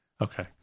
Okay